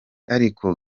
ariko